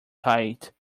tight